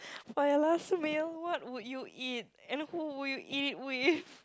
for your last meal what would you eat and who would you eat with